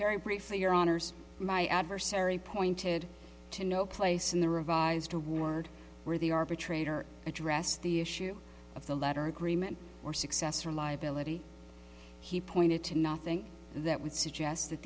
very briefly your honors my adversary pointed to no place in the revised award where the arbitrator addressed the issue of the letter agreement or successor liability he pointed to nothing that would suggest that